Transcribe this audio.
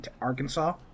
arkansas